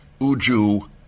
Uju